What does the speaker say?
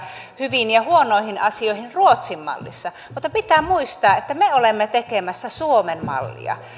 hyviin ja huonoihin asioihin ruotsin mallissa mutta pitää muistaa että me olemme tekemässä suomen mallia